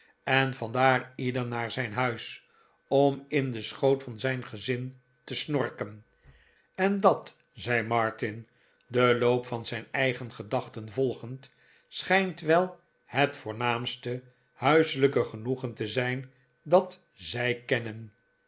en vandaar ieder naar zijn huis om in den schoot vart zijn gezin te snorken en dat zei martin den loop van zijn eigen gedachten volgend schijnt wel het voornaamste huiselijke genoegen te zijn dat zij kennen